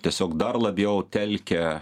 tiesiog dar labiau telkia